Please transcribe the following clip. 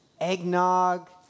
eggnog